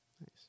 Nice